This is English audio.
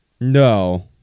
No